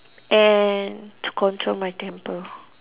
and to control my temper